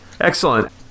Excellent